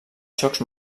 xocs